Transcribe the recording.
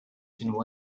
sinu